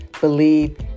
believe